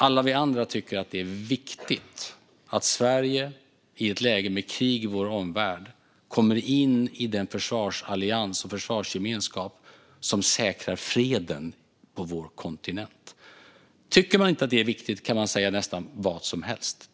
Alla vi andra tycker att det är viktigt att Sverige i ett läge där vi har krig i vår omvärld kommer in i den försvarsallians och försvarsgemenskap som säkrar freden på vår kontinent. Tycker man inte att det är viktigt kan man säga nästan vad som helst.